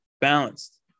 balanced